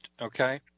Okay